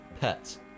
Pets